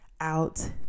Out